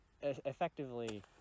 Effectively